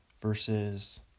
Versus